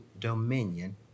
dominion